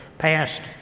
passed